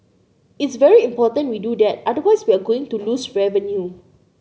it's very important we do that otherwise we are going to lose revenue